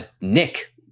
Nick